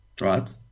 right